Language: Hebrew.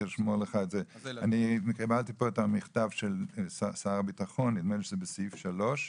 אני קיבלתי את המכתב של שר הביטחון,